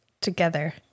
together